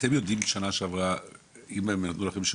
אתם יודעים שנה שעברה אם הם נתנו לכם שירות,